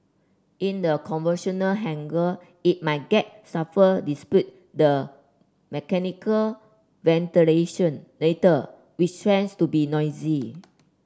in the conventional hangar it may get stuffy despite the mechanical ventilation later which trends to be noisy